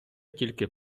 тільки